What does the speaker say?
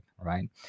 right